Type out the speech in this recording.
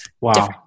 Wow